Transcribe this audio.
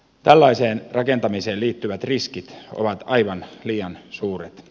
tällaiseen rakentamiseen liittyvät riskit ovat aivan liian suuret